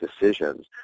decisions